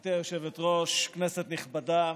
גברתי היושבת-ראש, כנסת נכבדה,